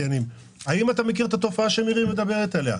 האם אתה מכיר את התופעה שמירי מדברת עליה?